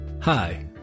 Hi